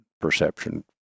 perception